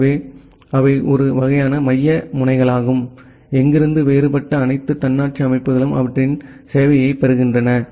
எனவே அவை ஒரு வகையான மைய முனைகளாகும் எங்கிருந்து வேறுபட்ட அனைத்து தன்னாட்சி அமைப்புகளும் அவற்றின் சேவையைப் பெறுகின்றன